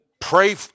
pray